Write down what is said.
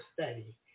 study